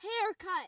haircut